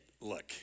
look